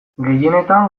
gehienetan